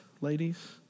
ladies